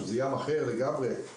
שזה ים אחר לגמרי,